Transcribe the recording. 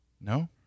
No